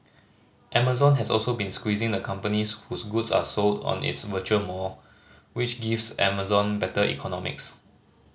Amazon has also been squeezing the companies whose goods are sold on its virtual mall which gives Amazon better economics